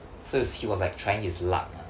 so is he was like trying his luck ah